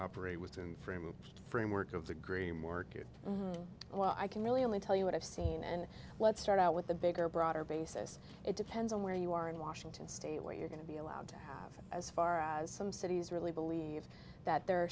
operate within the frame of the framework of the grey market oh i can really only tell you what i've seen and let's start out with the bigger broader basis it depends on where you are in washington state where you're going to be allowed to have as far as some cities really believe that there